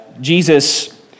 Jesus